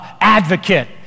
advocate